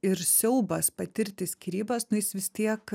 ir siaubas patirti skyrybas nu jis vis tiek